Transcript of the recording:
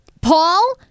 Paul